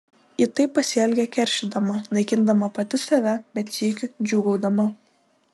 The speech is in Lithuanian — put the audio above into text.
ji taip pasielgė keršydama naikindama pati save bet sykiu džiūgaudama